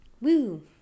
Woo